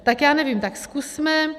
Tak já nevím, tak zkusme.